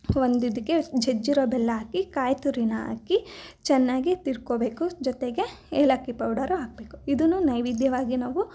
ಒಂದಿದಕ್ಕೆ ಜಜ್ಜಿರೋ ಬೆಲ್ಲ ಹಾಕಿ ಕಾಯಿತುರಿನ ಹಾಕಿ ಚೆನ್ನಾಗಿ ತಿರ್ಕೊಬೇಕು ಜೊತೆಗೆ ಏಲಕ್ಕಿ ಪೌಡರು ಹಾಕಬೇಕು ಇದನ್ನೂ ನೈವೇದ್ಯವಾಗಿ ನಾವು